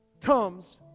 comes